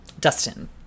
Dustin